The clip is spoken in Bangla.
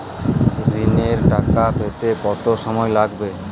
ঋণের টাকা পেতে কত সময় লাগবে?